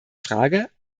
frage